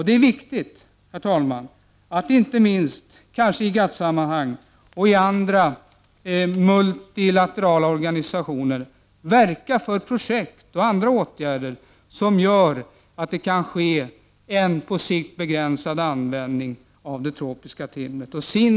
Det är viktigt, herr talman, att inte minst i GATT-sammanhang och i andra multilaterala organisationer verka för projekt och andra åtgärder som gör att på sikt en begränsad användning av tropiskt timmer kan komma till stånd.